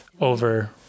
over